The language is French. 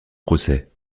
procès